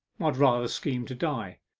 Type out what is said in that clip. i'd rather scheme to die!